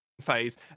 phase